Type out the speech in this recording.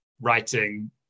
writing